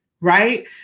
right